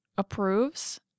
approves